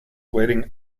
waiting